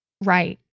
Right